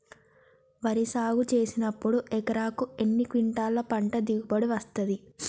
వరి సాగు చేసినప్పుడు ఎకరాకు ఎన్ని క్వింటాలు పంట దిగుబడి వస్తది?